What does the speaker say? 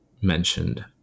mentioned